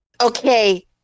Okay